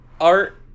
art